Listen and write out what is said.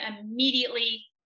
immediately